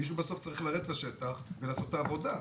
מישהו בסוף צריך לרדת לשטח ולעשות את העבודה,